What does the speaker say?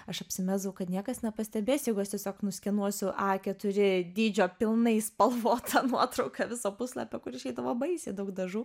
aš apsimesdavau kad niekas nepastebės jeigu aš tiesiog nuskenuosiu a keturi dydžio pilnai spalvotą nuotrauką viso puslapio kur išeidavo baisiai daug dažų